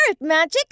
magic